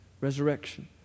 resurrection